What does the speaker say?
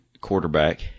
quarterback